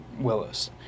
willis